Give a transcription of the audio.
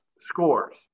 scores